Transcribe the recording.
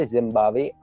Zimbabwe